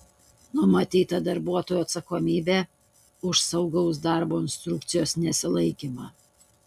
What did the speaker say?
numatyta darbuotojų atsakomybė už saugaus darbo instrukcijos nesilaikymą